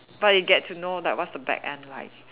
but you get to know like what's the back end like